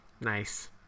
Nice